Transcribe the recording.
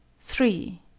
three.